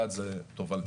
אחד זה תובלתיות.